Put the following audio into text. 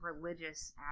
religious